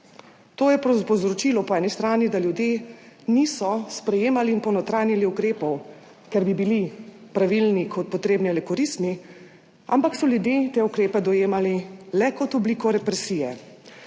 To je povzročilo po eni strani, da ljudje niso sprejemali in ponotranjili ukrepov, ker bi bili pravilni, potrebni ali koristni, ampak so ljudje te ukrepe dojemali le kot obliko represije